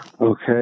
Okay